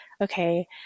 okay